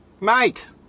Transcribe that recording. Mate